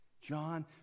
John